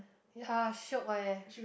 ya shiok leh